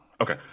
Okay